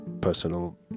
personal